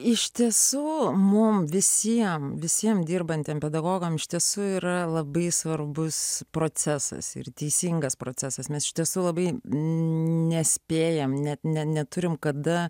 iš tiesų mum visiem visiem dirbantiem pedagogam iš tiesų yra labai svarbus procesas ir teisingas procesas mes iš tiesų labai nespėjam net ne neturim kada